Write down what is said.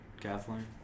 Kathleen